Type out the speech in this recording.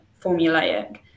formulaic